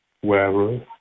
wherever